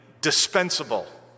dispensable